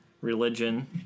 religion